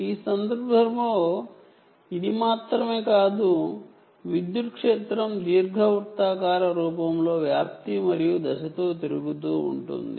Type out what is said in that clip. ఈ సందర్భంలో ఇది మాత్రమే కాదు ఎలక్ట్రిక్ ఫీల్డ్ ఎలిప్టిక్ రూపంలో ఆంప్లిట్యూడ్ మరియు ఫేజ్ తో తిరుగుతూ ఉంటుంది